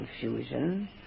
confusion